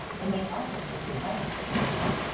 the main object is your diamond, is it not?